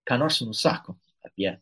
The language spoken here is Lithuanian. ką nors sako apie